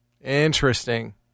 Interesting